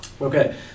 Okay